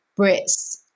Brits